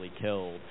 killed